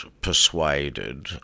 persuaded